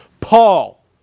Paul